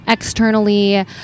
externally